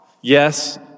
Yes